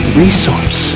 resource